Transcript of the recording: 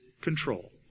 control